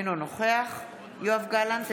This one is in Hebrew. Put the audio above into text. אינו נוכח יואב גלנט,